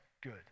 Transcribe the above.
good